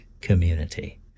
community